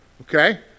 okay